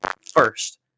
first